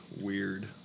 Weird